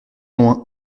loin